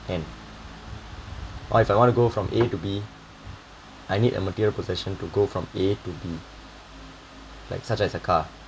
end or if I want to go from a to b I need a material possession to go from a to b like such as a car